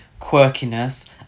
quirkiness